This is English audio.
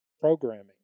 programming